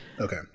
Okay